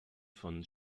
von